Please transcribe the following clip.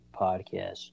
podcast